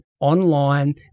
online